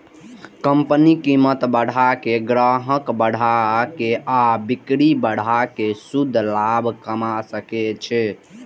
company कीमत बढ़ा के, ग्राहक बढ़ा के आ बिक्री बढ़ा कें शुद्ध लाभ कमा सकै छै